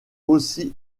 aussi